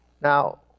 Now